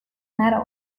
metal